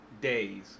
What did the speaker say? days